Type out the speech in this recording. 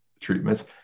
treatments